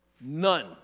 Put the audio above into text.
None